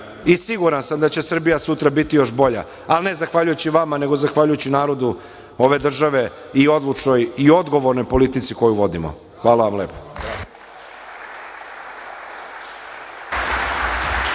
i siguran sam da će Srbija sutra biti još bolja, ali ne zahvaljujući vama, nego zahvaljujući narodu ove države i odlučnoj i odgovornoj politici koju vodimo. Hvala vam lepo.